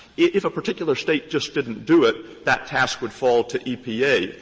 if a particular state just didn't do it, that task would fall to epa.